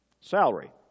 salary